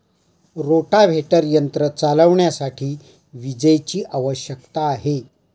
rotavator यंत्र चालविण्यासाठी विजेची आवश्यकता आहे